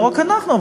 לא רק אנחנו.